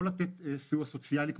לא לתת סיוע סוציאלי,